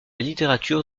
littérature